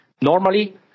Normally